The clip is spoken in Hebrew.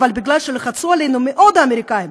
אבל כי לחצו עלינו מאוד האמריקנים.